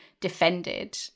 defended